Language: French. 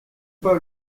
pas